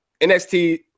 NXT